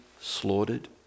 slaughtered